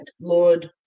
Lord